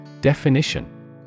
Definition